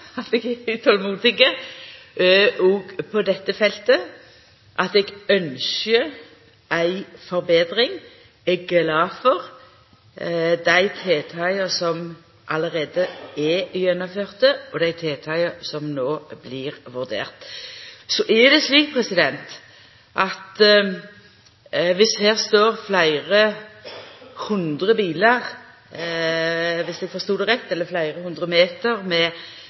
at eg er utolmodig – òg på dette feltet – at eg ynskjer ei forbetring, og at eg er glad for dei tiltaka som allereie er gjennomførte, og dei som no blir vurderte. Så er det slik at dersom det står fleire hundre bilar – dersom eg forstod det rett – eller fleire hundre meter med